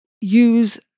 use